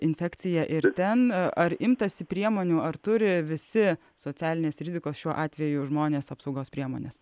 infekcija ir ten ar imtasi priemonių ar turi visi socialinės rizikos šiuo atveju žmonės apsaugos priemones